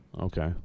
Okay